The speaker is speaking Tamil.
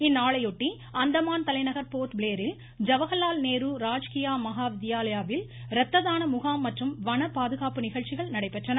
இந்நாளையொட்டி அந்தமான் தலைநகர் போர்ட் பிளேரில் ஜவஹர்லால் நேரு ராஜ்கியா மஹா வித்யாலயாவில் இரத்த தான முகாம் மற்றும் வனப்பாதுகாப்பு நிகழ்ச்சிகள் நடைபெற்றன